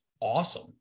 awesome